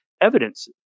evidence